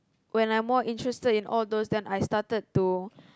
when I'm more interested in all those then I started to